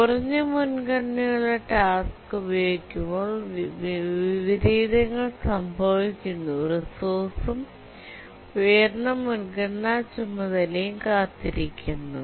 കുറഞ്ഞ മുൻഗണനയുള്ള ടാസ്ക് ഉപയോഗിക്കുമ്പോൾ വിപരീതങ്ങൾ സംഭവിക്കുന്നു റിസോഴ്സും ഉയർന്ന മുൻഗണനാ ചുമതലയും കാത്തിരിക്കുന്നു